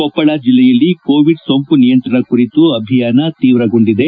ಕೊಪ್ಪಳ ಜಲ್ಲೆಯಲ್ಲಿ ಕೋವಿಡ್ ಸೋಂಕು ನಿಯಂತ್ರಣ ಕುರಿತು ಅಭಿಯಾನ ತೀವ್ರಗೊಂಡಿದೆ